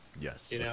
Yes